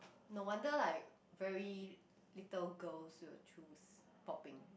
no wonder like very little girls will choose popping